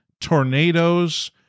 tornadoes